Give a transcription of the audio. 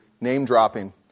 name-dropping